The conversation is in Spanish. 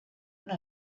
una